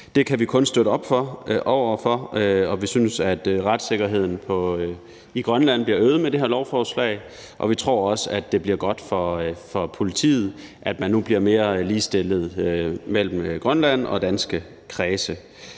Det kan vi kun bakke op om. Vi mener, at retssikkerheden i Grønland bliver øget med det her lovforslag, og vi tror også, at det bliver godt for politiet, at der nu bliver mere ligestilling mellem Grønlands Politi og danske politikredse.